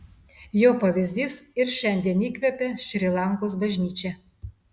jo pavyzdys ir šiandien įkvepia šri lankos bažnyčią